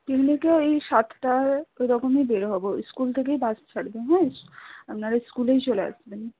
এমনিতেও এই সাতটা এরকমই বের হবো স্কুল থেকেই বাস ছাড়বে হ্যাঁ আপনারা স্কুলেই চলে আসবেন